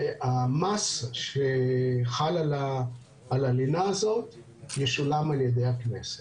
והמס שחל על הלינה הזאת ישולם על ידי הכנסת,